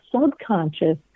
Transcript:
subconscious